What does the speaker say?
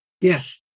Yes